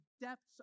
depths